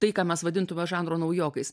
tai ką mes vadintume žanro naujokais